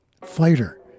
fighter